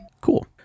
Cool